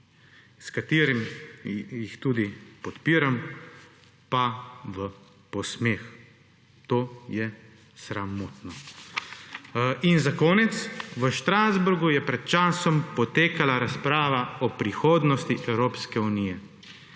s katerim jih tudi podpiram, pa v posmeh. To je sramotno. In za konec, v Strasbourgu je pred časom potekala razprava o prihodnosti Evropske unije.